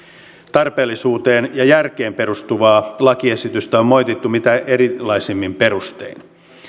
tarpeellisuuteen ja järkeen perustuvaa lakiesitystä on moitittu mitä erilaisimmin perustein